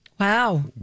Wow